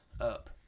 up